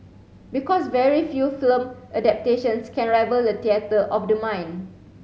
because very few film adaptations can rival the theatre of the mind